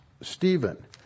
Stephen